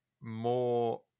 more